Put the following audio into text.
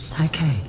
Okay